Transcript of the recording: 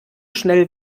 schnell